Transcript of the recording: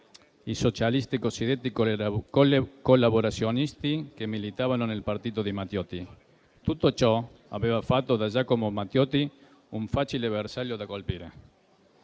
i socialisti cosiddetti collaborazionisti che militavano nel partito di Matteotti. Tutto ciò aveva fatto di Giacomo Matteotti un facile bersaglio da colpire.